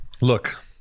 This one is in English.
Look